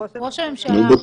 ראש הממשלה.